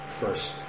first